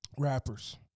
Rappers